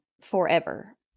forever